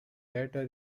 later